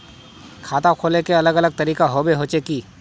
खाता खोले के अलग अलग तरीका होबे होचे की?